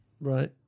right